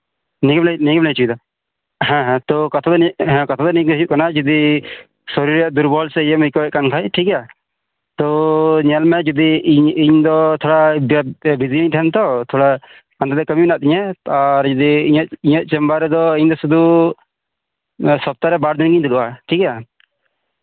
ᱱᱤᱭᱟᱹᱢ ᱢᱮᱱ ᱦᱚᱪᱚᱭᱫᱟ ᱦᱮᱸ ᱛᱚ ᱠᱟᱛᱷᱟ ᱫᱚ ᱱᱤᱝᱠᱟᱹ ᱦᱩᱭᱩᱜ ᱠᱟᱱᱟ ᱡᱩᱫᱤ ᱥᱚᱨᱤᱨ ᱨᱮ ᱫᱩᱨᱵᱚᱞ ᱥᱮ ᱤᱭᱟᱹᱢ ᱟᱹᱭᱠᱟᱹᱣᱮᱫ ᱠᱟᱱ ᱠᱷᱟᱡ ᱴᱷᱷᱤᱠ ᱜᱮᱭᱟ ᱛᱚ ᱧᱮᱞ ᱢᱮ ᱤᱧ ᱫᱚ ᱛᱷᱚᱲᱟ ᱰᱮᱵ ᱰᱤᱭᱩᱴᱤ ᱨᱤᱧ ᱛᱟᱦᱮᱸᱱᱟ ᱛᱷᱚᱲᱟ ᱦᱟᱱᱛᱮᱼᱱᱟᱛᱮ ᱠᱟᱢᱤ ᱦᱮᱱᱟᱜ ᱛᱤᱧᱟᱹ ᱛᱚ ᱟᱨ ᱡᱩᱫᱤ ᱤᱧᱟᱹᱜ ᱪᱮᱢᱵᱟᱨ ᱨᱮᱫᱚ ᱤᱧ ᱫᱚ ᱥᱩᱫᱩ ᱥᱚᱯᱛᱟᱦᱚ ᱨᱮ ᱵᱟᱨ ᱫᱤᱱᱤᱧ ᱫᱩᱰᱩᱵᱼᱟ ᱴᱷᱤᱠᱜᱮᱭᱟ